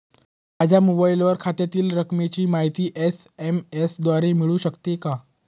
माझ्या मोबाईलवर खात्यातील रकमेची माहिती एस.एम.एस द्वारे मिळू शकते का?